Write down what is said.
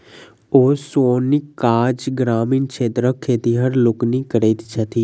ओसौनीक काज ग्रामीण क्षेत्रक खेतिहर लोकनि करैत छथि